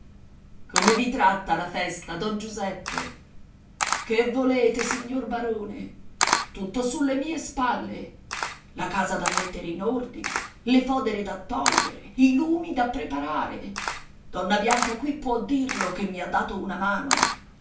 come vi tratta la festa don giuseppe che volete signor barone tutto sulle mie spalle la casa da mettere in ordine le fodere da togliere i lumi da preparare donna bianca qui può dirlo che mi ha dato una mano